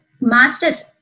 master's